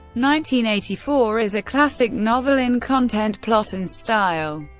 nineteen eighty-four is a classic novel in content, plot, and style.